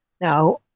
Now